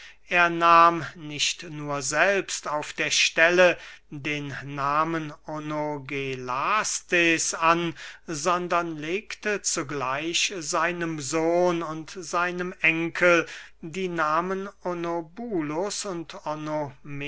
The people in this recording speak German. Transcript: er nahm nicht nur selbst auf der stelle den namen onogelastes an sondern legte zugleich seinem sohn und seinem enkel die nahmen onobulus und